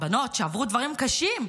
בנות שעברו דברים קשים,